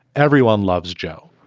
everyone loves joe.